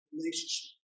relationship